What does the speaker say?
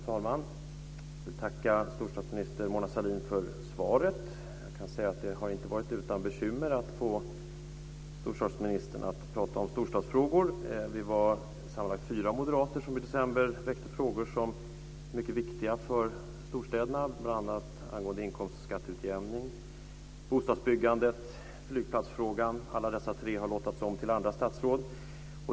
Fru talman! Jag vill tacka storstadsminister Mona Sahlin för svaret. Jag kan säga att det har inte varit utan bekymmer att få storstadsministern att prata om storstadsfrågor. Vi var sammanlagt fyra moderater som i december väckte frågor som är mycket viktiga för storstäderna. Det gällde bl.a. inkomstskatteutjämningen, bostadsbyggandet och flygplatsfrågan. Alla dessa tre frågor har lottats om till andra statsråd.